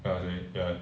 ya seventy ya